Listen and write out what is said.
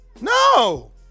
No